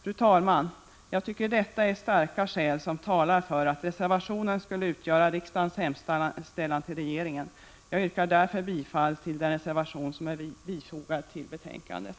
Fru talman! Jag tycker att detta är starka skäl som talar för att reservationen skulle utgöra riksdagens hemställan till regeringen. Jag yrkar därför bifall till den reservation som är bifogad betänkandet.